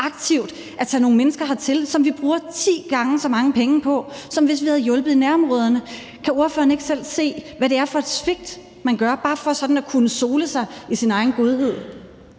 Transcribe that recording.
at tage nogle mennesker hertil, og det bruger vi ti gange så mange penge på, som hvis vi havde hjulpet i nærområderne. Kan ordføreren ikke selv se, hvad det er for et svigt, man gør, bare for at kunne sole sig i sin egen godhed?